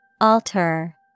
Alter